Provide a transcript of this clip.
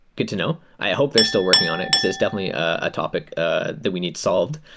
good to know. i hope they're still working on it, because it s definitely a topic ah that we need solved.